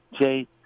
Jay